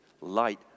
light